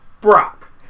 Brock